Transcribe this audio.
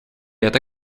это